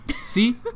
See